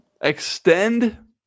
extend